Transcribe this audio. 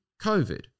COVID